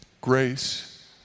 grace